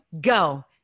go